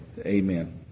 Amen